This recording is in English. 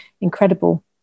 incredible